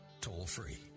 toll-free